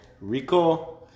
Rico